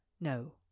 No